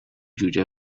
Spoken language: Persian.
جوجه